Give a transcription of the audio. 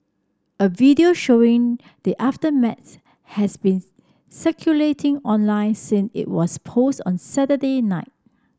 a video showing the aftermath has been circulating online since it was posted on Saturday night